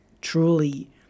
truly